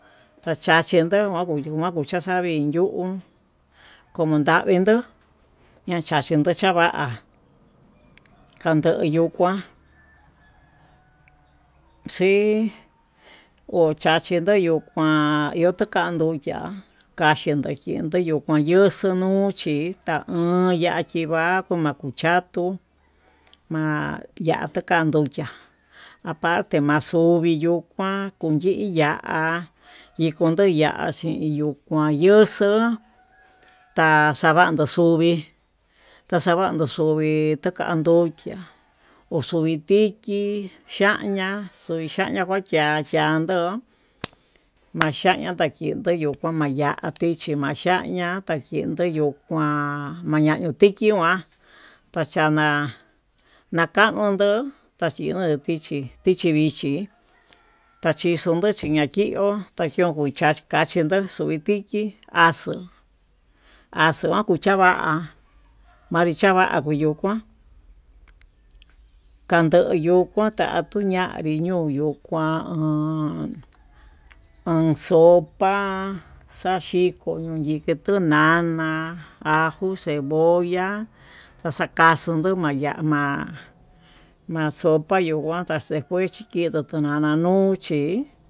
Taxhaxii ndoguo yuu kua xavii yuu kondavii ndo'ó, ña'a xhaxii ndo'ó xava'a kandu yuu kuá xii uxaxiyó nduu kuán iho tuu kan nduu ya'á kaxhindo chindo yokon yuu xo'o nuu chi ta aun tachiva'a koma'a kuchatuu ya'a tokanduchiá aparte maxuvi yuu kuan kuu inyii ya'á, yikondo ya'á chi yukanyuxuu ta'a xavando xuvii taxavanduu xuvii takanduxhiá oxuvii tiki xañia ndixaña kuachia chiandó maxaña takindo koña'a maya'a, tichi ma'a xaña'a tichi akuán maña tikii nguán tachana nakandó taxhino nuu tichi tichi, vichi tachin xondo yunaki iho tayio kuakachi ndó tui tiki axuu axuu kuchava'a manri changua ayuu kuan kando tuu ñuu kutati ñonrí, yo'o kuan an sopa xhaxiko yike'e tuu nana ajo cebolla taxakaxu nuu kuan yama ma'a sopa xhingué tinana nuu chí.